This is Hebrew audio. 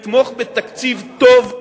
ולתמוך בתקציב טוב,